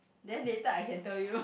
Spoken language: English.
then later I can tell you